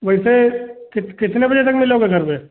वैसे कित कितने बजे तक मिलोगे घर पर